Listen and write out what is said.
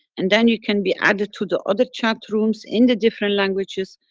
and then you can be added to the other chat rooms in the different languages,